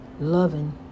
Loving